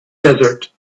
desert